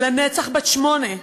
לנצח בת שמונה,